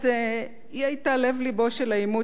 היא היתה לב לבו של העימות בין המחנות,